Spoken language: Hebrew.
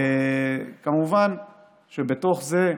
כמובן שבתוך זה,